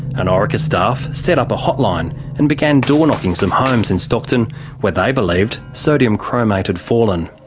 and orica staff set up a hotline and began doorknocking some homes in stockton where they believed sodium chromate had fallen.